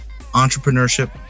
entrepreneurship